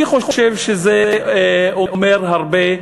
אני חושב שזה אומר הרבה,